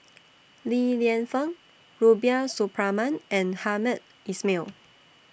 Li Lienfung Rubiah Suparman and Hamed Ismail